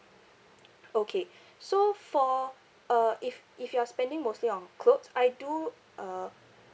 okay so for uh if if you are spending mostly on clothes I do uh